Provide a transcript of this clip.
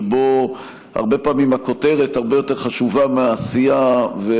שבו הרבה פעמים הכותרת הרבה יותר חשובה מהעשייה,